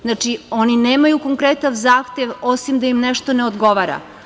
Znači, oni nemaju konkretan zahtev, osim da im nešto ne odgovara.